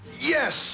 Yes